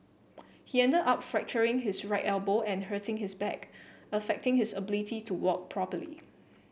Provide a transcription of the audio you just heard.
he ended up fracturing his right elbow and hurting his back affecting his ability to walk properly